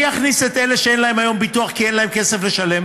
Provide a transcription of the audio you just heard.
מי יכניס את אלה שאין להם היום ביטוח כי אין להם כסף לשלם?